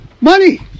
Money